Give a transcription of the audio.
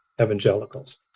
evangelicals